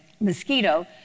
mosquito